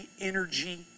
energy